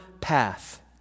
path